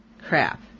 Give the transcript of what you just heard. crap